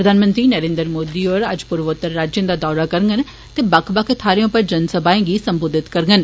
प्रधानमंत्री नरेन्द्र मोदी होर अज्ज पूर्वोत्तर राज्यें दा दौरा करङन ते बक्ख बक्ख थाहरे उप्पर जनसभाएं गी संबोधित करङन